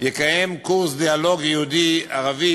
יקיים קורס דיאלוג יהודי ערבי